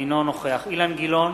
אינו נוכח אילן גילאון,